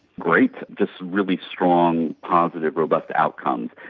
great, just really strong, positive, robust outcomes.